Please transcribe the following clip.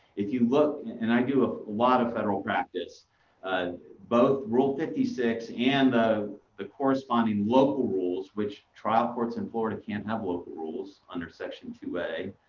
if you look and i do a lot of federal practice both rule fifty six and ah the corresponding local rules which trial courts in florida can't have local rules under section two a,